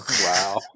Wow